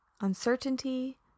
uncertainty